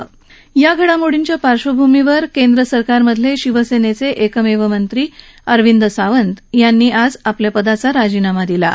दरम्यान या घडामोडींच्या पार्क्षभूमीवर केंद्र सरकारमधले शिवसेनेचे एकमेव मंत्री अरविंद सावंत यांनी मंत्री पदाचा राजीनामा दिला आहे